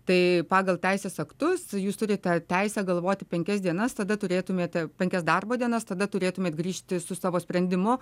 tai pagal teisės aktus jūs turite teisę galvoti penkias dienas tada turėtumėte penkias darbo dienas tada turėtumėt grįžti su savo sprendimu